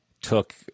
Took